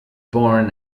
born